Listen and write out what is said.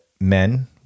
men